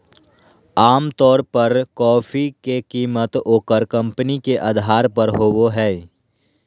आमतौर पर कॉफी के कीमत ओकर कंपनी के अधार पर होबय हइ